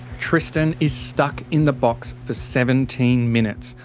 tristan is stuck in the box for seventeen minutes,